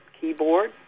keyboard